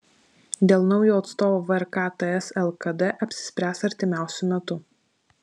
dėl naujo atstovo vrk ts lkd apsispręs artimiausiu metu